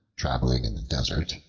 traveling in the desert,